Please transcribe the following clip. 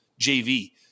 JV